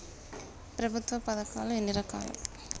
ప్రభుత్వ పథకాలు ఎన్ని రకాలు?